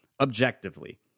objectively